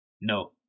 No